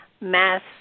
mass